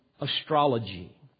astrology